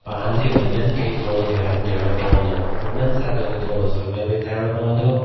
पाण जे वॾनि खे थोरो ध्यानु ॾियणो पवंदो हुननि सां गॾु थोरो समय बिताइणो पवंदो